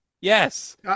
Yes